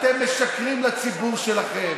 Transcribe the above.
אתם משקרים לציבור שלכם,